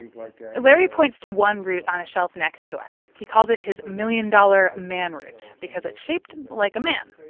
and like yeah larry points to one root on a shelf next to us. he calls it his million-dollar man root because it's shaped like a man,